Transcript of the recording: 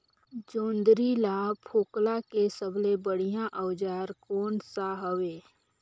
जोंदरी ला फोकला के सबले बढ़िया औजार कोन सा हवे?